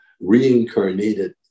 reincarnated